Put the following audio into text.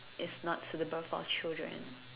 it's not suitable for children